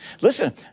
Listen